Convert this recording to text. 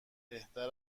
بهتر